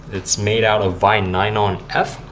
it's made out of vinylon f.